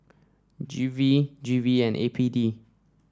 G V G V and A P D